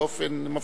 באופן מפתיע.